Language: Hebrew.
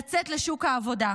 לצאת לשוק העבודה,